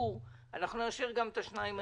אישור אנחנו נאשר גם את השניים האלה.